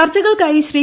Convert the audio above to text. ചർച്ചകൾക്കായി ശ്രീ